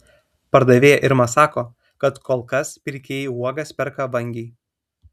pardavėja irma sako kad kol kas pirkėjai uogas perka vangiai